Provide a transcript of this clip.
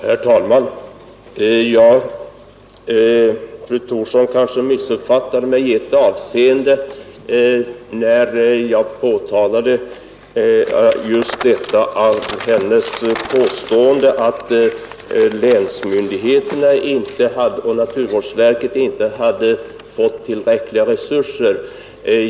Herr talman! Fru Thorsson kanske missuppfattade mig i ett avseende, när jag påtalade hennes påstående att länsmyndigheterna och naturvårdsverket inte fått tillräckliga resurser.